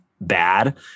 bad